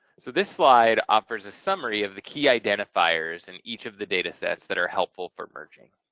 so this slide offers a summary of the key identifiers in each of the data sets that are helpful for merging.